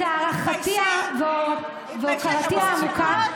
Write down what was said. אבל זה לא מוריד במאומה את הערכתי והוקרתי העמוקה,